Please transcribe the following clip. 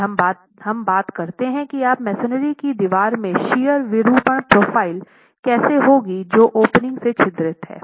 और हम बात करते है कि आप मेसनरी की दीवार में शियर विरूपण प्रोफाइल कैसे होगी जो ओपनिंग से छिद्रित हैं